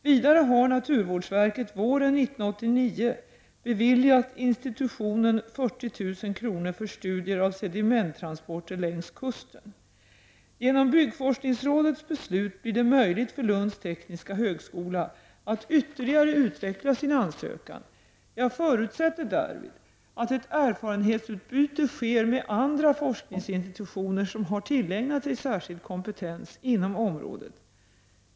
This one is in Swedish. Vidare har naturvårdsverket våren 1989 beviljat institutionen 40 000 kr. för studier av sedimenttransporter längs kusten. Genom byggforskningsrådets beslut blir det möjligt för Lunds tekniska högskola att ytterligare utveckla sin ansökan. Jag förutsätter därvid att ett erfarenhetsutbyte sker med andra forskningsinstitutioner som har tillägnat sig särskild kompetens inom området.